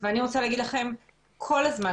ואני רוצה לומר לכם שכל הזמן,